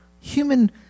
human